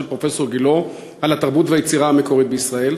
פרופסור גילה על התרבות והיצירה המקורית בישראל?